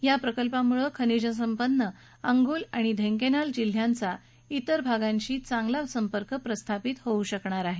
या प्रकल्पामुळे खनिज संपन्न अंगूल आणि ढेंकेनाल जिल्ह्यांचा त्रिर भागांशी चांगला संपर्क प्रस्थापित होऊ शकणार आहे